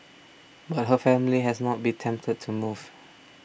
but her family has not been tempted to move